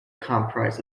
comprise